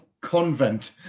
convent